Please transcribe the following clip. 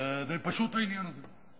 זה די פשוט, העניין הזה.